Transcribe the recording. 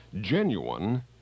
genuine